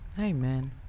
amen